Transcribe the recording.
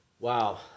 Wow